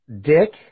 Dick